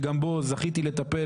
שגם בו זכיתי לטפל,